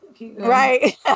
Right